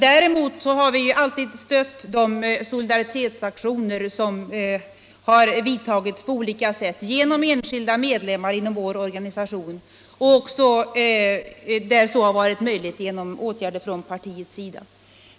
Däremot har vi alltid på olika sätt stött de solidaritetsaktioner som har vidtagits av enskilda medlemmar inom vår organisation och även, där så har varit möjligt, vidtagit åtgärder från partiets sida.